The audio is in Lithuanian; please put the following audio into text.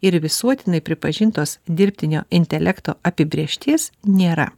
ir visuotinai pripažintos dirbtinio intelekto apibrėžties nėra